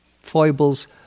foibles